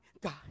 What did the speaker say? God